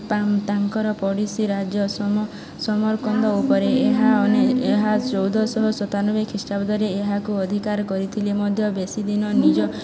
ତାଙ୍କର ପଡ଼ୋଶୀ ରାଜ୍ୟ ସମର୍କନ୍ଦ ଉପରେ ଏହା ଏହା ଚଉଦଶହ ସତାନବେ ଖ୍ରୀଷ୍ଟାବ୍ଦରେ ଏହାକୁ ଅଧିକାର କରିଥିଲେ ମଧ୍ୟ ବେଶି ଦିନ ନିଜ